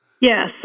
Yes